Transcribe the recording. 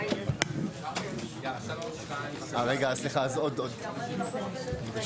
ונמשיך את הדיון אחר כך